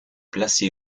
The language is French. placé